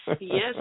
Yes